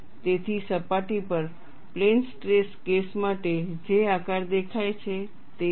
તેથી સપાટી પર પ્લેન સ્ટ્રેસ કેસ માટે જે આકાર દેખાય છે તે છે